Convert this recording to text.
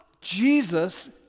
Jesus